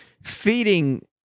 feeding